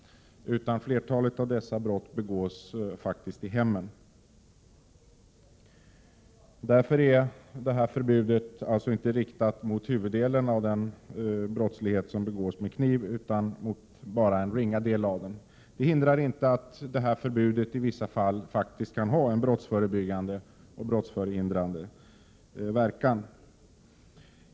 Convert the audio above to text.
Flertalet av dessa brott begås faktiskt i hemmen. Därför är det förbud som nu föreslås inte riktat mot huvuddelen av de våldsbrott som begås med kniv, utan endast mot en ringa del av dem. Det hindrar dock inte att detta förbud i vissa fall kan ha en brottsförebyggande och brottsförhindrande verkan.